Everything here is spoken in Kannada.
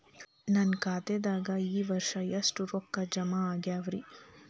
ನನ್ನ ಖಾತೆದಾಗ ಈ ವರ್ಷ ಎಷ್ಟು ರೊಕ್ಕ ಜಮಾ ಆಗ್ಯಾವರಿ?